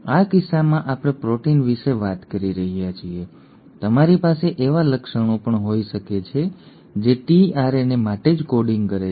આ કિસ્સામાં આપણે પ્રોટીન વિશે વાત કરી રહ્યા છીએ તમારી પાસે એવા લક્ષણો પણ હોઈ શકે છે જે tRNA માટે જ કોડિંગ કરે છે